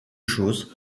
chose